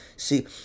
See